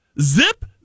Zip